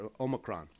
Omicron